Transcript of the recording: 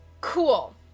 cool